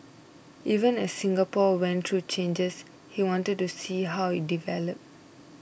even as Singapore went through changes he wanted to see how it developed